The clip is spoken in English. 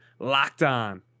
LOCKEDON